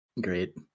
Great